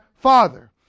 father